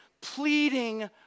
pleading